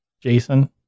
Jason